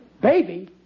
baby